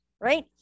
right